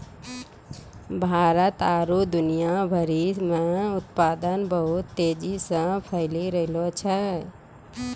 भारत आरु दुनिया भरि मे उत्पादन बहुत तेजी से फैली रैहलो छै